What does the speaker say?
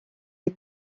est